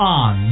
on